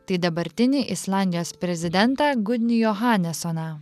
tai dabartinį islandijos prezidentą gundijo hanesoną